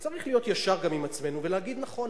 וצריך להיות ישרים גם עם עצמנו ולהגיד: נכון,